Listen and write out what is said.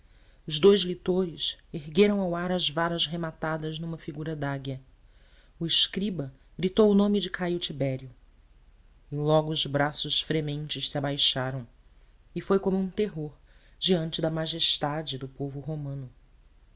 os dous lictores ergueram ao ar as varas rematadas numa figura de águia o escriba gritou o nome de caio tibério e logo os braços frementes se abaixaram e foi como um terror diante da majestade do povo romano